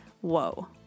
Whoa